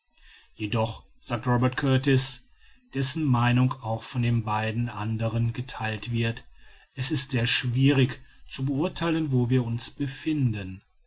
jedoch sagt robert kurtis dessen meinung auch von den beiden anderen getheilt wird es ist sehr schwierig zu beurtheilen wo wir uns befinden